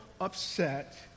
upset